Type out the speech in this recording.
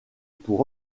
pour